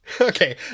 Okay